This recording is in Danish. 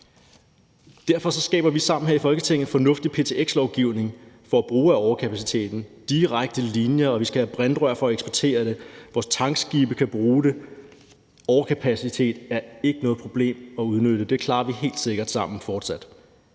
Derfor skaber vi sammen her i Folketinget fornuftig ptx-lovgivning for at bruge af overkapaciteten: Der skal være direkte linjer; vi skal have brintrør for at eksportere det; vores tankskibe kan bruge det. Overkapacitet er ikke noget problem at udnytte. Det klarer vi helt sikkert sammen fortsat.